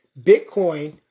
Bitcoin